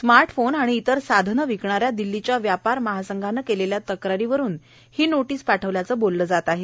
smart phone आणि इतर साधनं विकणाऱ्या दिल्लीच्या व्यापार महासंघानं केलेल्या तक्रारींवरून ही नोटीस पाठवल्याचं बोललं जातं आहे